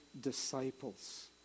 disciples